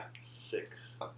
six